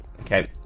Okay